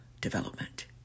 development